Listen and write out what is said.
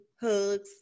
hugs